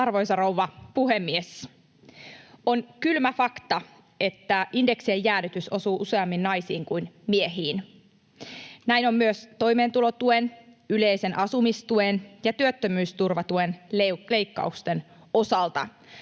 Arvoisa rouva puhemies! On kylmä fakta, että indeksien jäädytys osuu useammin naisiin kuin miehiin. Näin on myös toimeentulotuen, yleisen asumistuen ja työttömyysturvatuen leikkausten osalta.